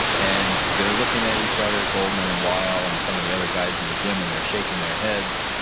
and they're looking at each other, goldman and weill, and some of the other guys in the gym, and they're shaking their heads.